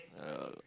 yeah